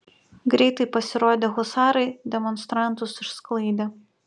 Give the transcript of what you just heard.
greitai pasirodę husarai demonstrantus išsklaidė